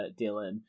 Dylan